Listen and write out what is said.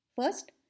First